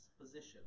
position